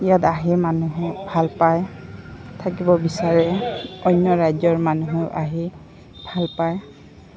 ইয়াত আহে মানুহে ভাল পায় থাকিব বিচাৰে অন্য ৰাজ্যৰ মানুহেও আহি ভাল পায়